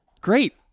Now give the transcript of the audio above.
Great